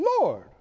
Lord